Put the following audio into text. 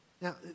Now